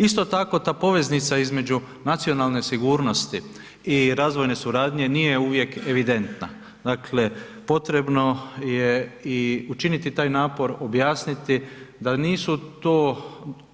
Isto tako, ta poveznica između nacionalne sigurnosti i razvojne suradnje nije uvijek evidentna, dakle potrebno je i učiniti taj napor, objasniti da nisu tu